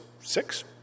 six